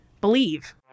believe